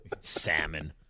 Salmon